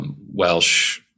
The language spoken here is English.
Welsh